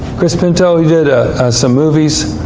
chris pinto he did ah some movies.